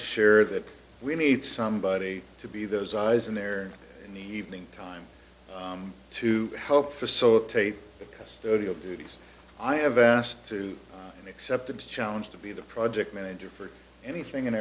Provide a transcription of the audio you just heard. share that we need somebody to be those eyes in there in the evening time to help facilitate the custodial duties i have asked to accept a challenge to be the project manager for anything and